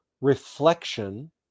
reflection